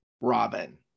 Robin